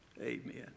Amen